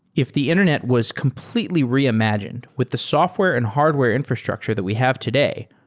if the internet was completely reimagined with the software and hardware infrastructure that we have today,